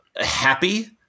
happy